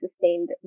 sustained